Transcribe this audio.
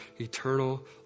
eternal